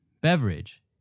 Beverage